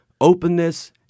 openness